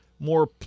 more